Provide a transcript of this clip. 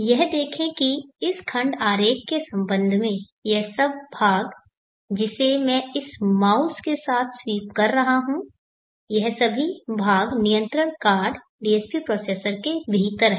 यह देखें कि इस खंड आरेख के संबंध में यह सब भाग जिसे मैं इस माउस के साथ स्वीप कर रहा हूं यह सभी भाग नियंत्रण कार्ड DSP प्रोसेसर के भीतर है